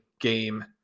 game